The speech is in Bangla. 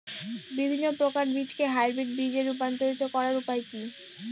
বিভিন্ন প্রকার বীজকে হাইব্রিড বীজ এ রূপান্তরিত করার উপায় কি?